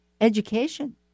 education